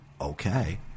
okay